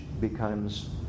becomes